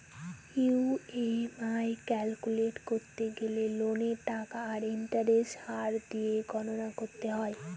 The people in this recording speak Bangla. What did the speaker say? ই.এম.আই ক্যালকুলেট করতে গেলে লোনের টাকা আর ইন্টারেস্টের হার দিয়ে গণনা করতে হয়